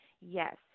yes